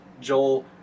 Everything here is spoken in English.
Joel